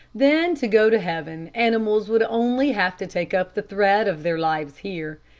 then to go to heaven, animals would only have to take up the thread of their lives here.